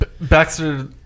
Baxter